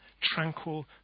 tranquil